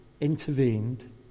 intervened